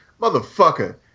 Motherfucker